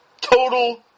Total